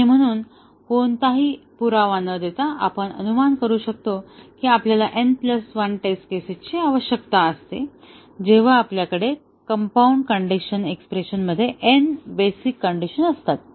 आणि म्हणून कोणताही पुरावा न देता आपण अनुमान करू शकतो की आपल्याला n 1 टेस्ट केसेसची आवश्यकता असते जेव्हा आपल्याकडे कंपाऊंड कंडिशनल एक्स्प्रेशन मध्ये n बेसिक कण्डिशन असतात